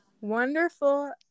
wonderful